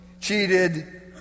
cheated